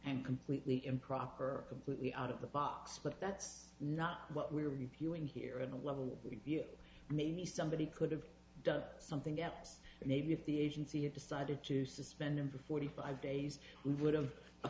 and completely improper completely out of the box but that's not what we're viewing here in a level we feel maybe somebody could have done something else and maybe if the agency had decided to suspend him for forty five days we would have